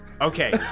okay